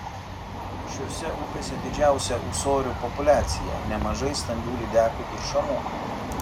šiose upėse didžiausia ūsorių populiacija nemažai stambių lydekų ir šamų